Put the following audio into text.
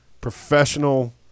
professional